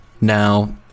Now